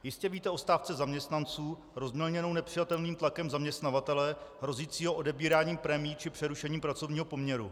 Jistě víte o stávce zaměstnanců rozmělněné nepřijatelným tlakem zaměstnavatele hrozícího odebíráním prémií či přerušením pracovního poměru.